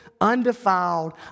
undefiled